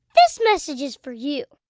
this message is for you